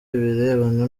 ibirebana